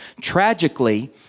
Tragically